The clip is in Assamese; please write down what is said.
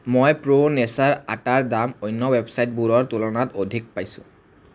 মই প্ৰ' নেচাৰ আটাৰ দাম অন্য ৱেবচাইটবোৰৰ তুলনাত অধিক পাইছোঁ